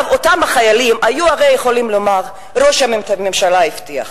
אותם החיילים היו הרי יכולים לומר: ראש הממשלה הבטיח.